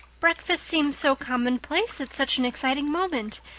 breakfast seems so commonplace at such an exciting moment.